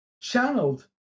channeled